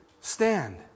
stand